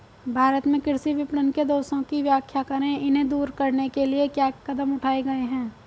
भारत में कृषि विपणन के दोषों की व्याख्या करें इन्हें दूर करने के लिए क्या कदम उठाए गए हैं?